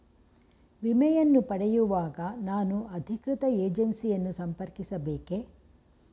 ವಿಮೆಯನ್ನು ಪಡೆಯುವಾಗ ನಾನು ಅಧಿಕೃತ ಏಜೆನ್ಸಿ ಯನ್ನು ಸಂಪರ್ಕಿಸ ಬೇಕೇ?